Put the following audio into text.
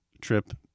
trip